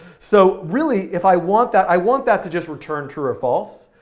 so, really if i want that, i want that to just return true or false.